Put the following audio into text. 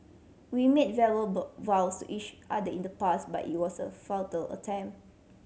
we made vows each other in the past but it was a futile attempt